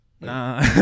Nah